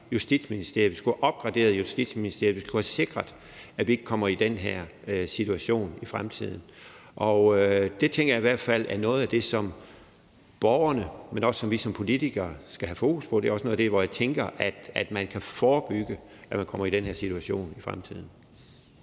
var, at vi skal have opgraderet Justitsministeriet og sikret, at vi ikke kommer i den her situation i fremtiden. Og det tænker jeg i hvert fald er noget af det, som borgerne, men også vi som politikere skal have fokus på. Det er også der, hvor jeg tænker at man kan forebygge, at man kommer i den her situation i fremtiden.